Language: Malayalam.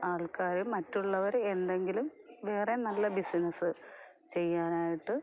ആൾക്കാർ മറ്റുള്ളവർ എന്തെങ്കിലും വേറെ നല്ല ബിസിനസ്സ് ചെയ്യാനായിട്ട്